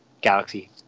Galaxy